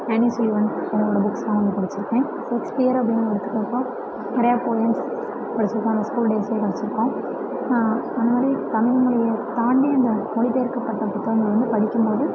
Haney Sullivan அவங்களோட புக்ஸ்லாம் நான் படிச்சியிருக்கேன் ஷேக்ஸ்பியர் அப்படின் எடுத்துக்கிறப்போ நிறையா போயம்ஸ் படிச்சிருக்கேன் அதை ஸ்கூல் டேஸ்ல படிச்சியிருக்கோம் அந்த மாதிரி தமிழ்மொழியை தாண்டி அந்த மொழி பெயர்க்கப்பட்ட புத்தகங்கள் வந்து படிக்கும்மோது